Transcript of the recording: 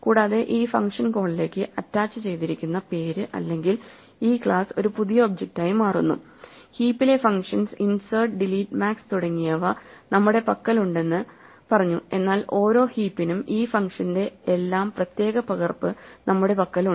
കൂടാതെ ഈ ഫംഗ്ഷൻ കോളിലേക്ക് അറ്റാച്ചുചെയ്തിരിക്കുന്ന പേര് അല്ലെങ്കിൽ ഈ ക്ലാസ് ഒരു പുതിയ ഒബ്ജക്റ്റായി മാറുന്നു ഹീപ്പിലെ ഫങ്ഷൻസ് ഇൻസേർട്ട് ഡിലീറ്റ് മാക്സ് തുടങ്ങിയവ നമ്മുടെ പക്കലുണ്ടെന്ന് പറഞ്ഞു എന്നാൽ ഓരോ ഹീപ്പിനും ഈ ഫംഗ്ഷന്റെ എല്ലാം പ്രത്യേക പകർപ്പ് നമ്മുടെ പക്കലുണ്ട്